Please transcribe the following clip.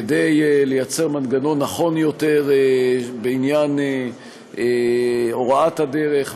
כדי לייצר מנגנון נכון יותר בעניין הוראת הדרך,